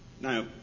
Now